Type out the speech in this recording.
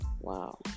Wow